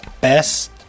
best